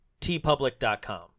tpublic.com